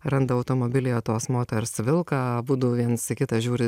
randa automobilyje tos moters vilką abudu viens į kitą žiūri